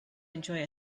enjoy